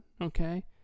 okay